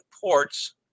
ports